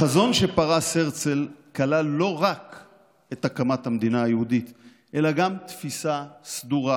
החזון שפרס הרצל כלל לא רק את הקמת המדינה היהודית אלא גם תפיסה סדורה